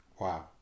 Wow